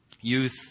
youth